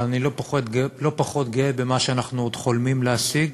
אבל אני לא פחות גאה במה שאנחנו עוד חולמים להשיג.